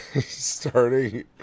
starting